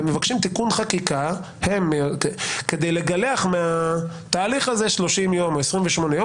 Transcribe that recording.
והם מבקשים תיקון חקיקה כדי לגלח מהתהליך הזה 30 יום או 28 יום.